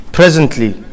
presently